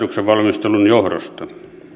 valmistelun johdosta